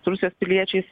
su rusijos piliečiais